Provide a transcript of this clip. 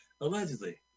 Allegedly